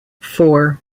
four